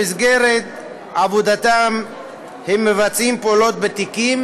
במסגרת עבודתם הם מבצעים פעולות בתיקים